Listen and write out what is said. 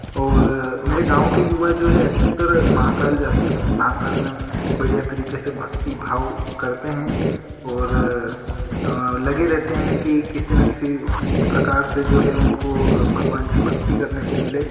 और मेरे गाँव के युवा जो है अधिकतर महाकाल जाते हैं महाकाल में बढ़िया तरीके से भक्ति भाव करते हैं और लगे रहते हैं कि किसी न किसी प्रकार से जो है उनको भगवान की भक्ति करने को मिले